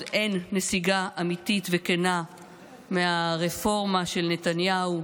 אין נסיגה אמיתית וכנה מהרפורמה של נתניהו,